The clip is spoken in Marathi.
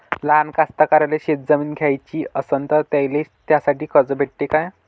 लहान कास्तकाराइले शेतजमीन घ्याची असन तर त्याईले त्यासाठी कर्ज भेटते का?